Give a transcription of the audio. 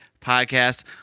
podcast